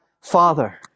father